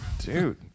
Dude